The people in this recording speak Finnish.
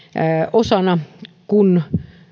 osana kun